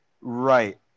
right